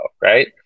right